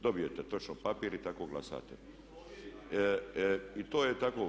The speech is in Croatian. Dobijete točno papir i tako glasate. … [[Upadica se ne čuje.]] I to je tako.